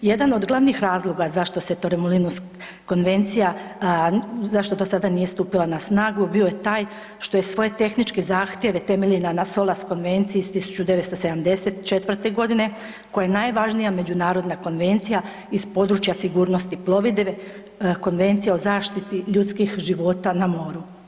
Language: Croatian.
Jedan od glavnih razloga zašto se Torremolinos konvencija, zašto do sada nije stupila na snagu bio je taj što je svoje tehničke zahtjeve temelji na SOLAS konvenciji iz 1974. godine koja je najvažnija međunarodna konvencija iz područja sigurnosti plovidbe, Konvencija o zaštiti ljudskih života na moru.